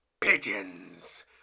pigeons